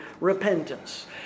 repentance